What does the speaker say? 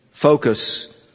focus